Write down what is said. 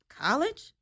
College